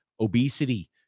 obesity